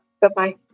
Bye-bye